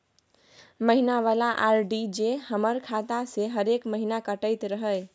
महीना वाला आर.डी जे हमर खाता से हरेक महीना कटैत रहे?